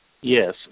Yes